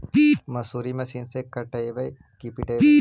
मसुरी मशिन से कटइयै कि पिटबै?